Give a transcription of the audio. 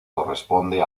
corresponde